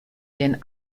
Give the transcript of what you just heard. den